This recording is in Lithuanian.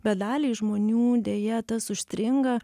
bet daliai žmonių deja tas užstringa